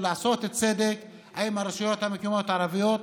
או לעשות צדק עם הרשויות המקומיות הערביות.